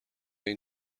این